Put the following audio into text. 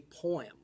poem